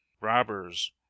robbers